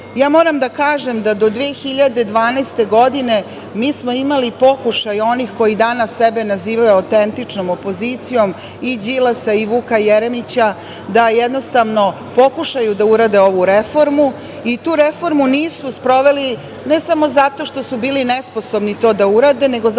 da kažem da do 2012. godine smo imali pokušaj onih koji danas sebe nazivaju autentičnom opozicijom, i Đilasa i Vuka Jeremića, da jednostavno pokušaju da urade ovu reformu i tu reformu nisu sproveli ne samo zato što su bili nesposobni to da urade, nego zato što jednostavno nisu